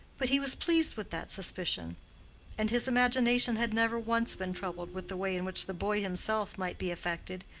but he was pleased with that suspicion and his imagination had never once been troubled with the way in which the boy himself might be affected,